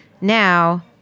now